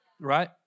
right